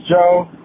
Joe